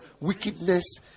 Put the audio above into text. wickedness